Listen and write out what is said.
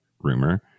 rumor